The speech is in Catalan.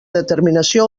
determinació